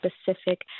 specific